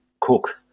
Cook